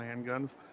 handguns